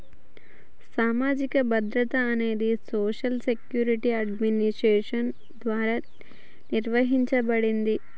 సామాజిక భద్రత అనేది సోషల్ సెక్యూరిటీ అడ్మినిస్ట్రేషన్ ద్వారా నిర్వహించబడతాంది